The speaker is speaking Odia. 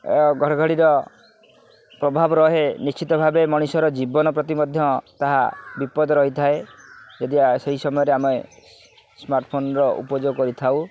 ଘଡ଼ଘଡ଼ିର ପ୍ରଭାବ ରହେ ନିଶ୍ଚିତ ଭାବେ ମଣିଷର ଜୀବନ ପ୍ରତି ମଧ୍ୟ ତାହା ବିପଦ ରହିଥାଏ ଯଦିବା ସେହି ସମୟରେ ଆମେ ସ୍ମାର୍ଟଫୋନ୍ର ଉପଯୋଗ କରିଥାଉ